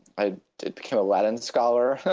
i became a latin scholar.